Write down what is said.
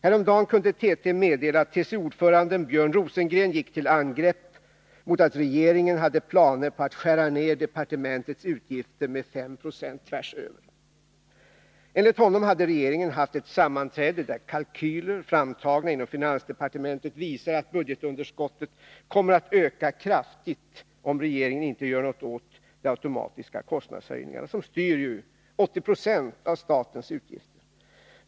Häromdagen kunde TT meddela att TCO-ordföranden Björn Rosengren gick till angrepp mot att regeringen hade planer på att skära ner departementets utgifter med 5 70 tvärsöver. Enligt honom hade regeringen haft ett sammanträde där kalkyler, framtagna inom finansdepartementet, visade att budgetunderskottet kommer att öka kraftigt, om regeringen inte gör något åt de automatiska kostnadshöjningarna, som styr ca 80 Z av statens utgifter.